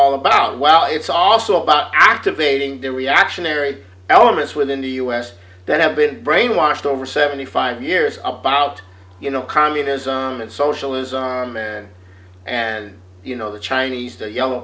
all about well it's also about activating the reactionary elements within the us that have been brainwashed over seventy five years about you know communism and socialism and you know the chinese the yellow